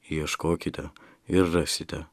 ieškokite ir rasite